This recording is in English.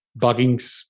Buggings